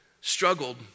struggled